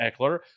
eckler